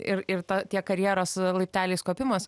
ir ir ta tiek karjeros laipteliais kopimas